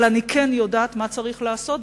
אבל אני כן יודעת מה צריך לעשות,